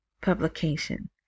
publication